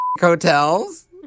Hotels